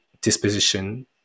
disposition